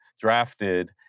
drafted